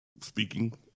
speaking